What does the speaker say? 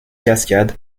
cascade